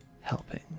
helping